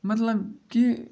مطلب کہِ